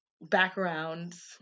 backgrounds